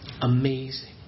Amazing